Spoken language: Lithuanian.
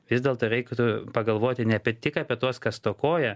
vis dėlto reiktų pagalvoti ne tik apie tuos kas stokoja